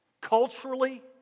culturally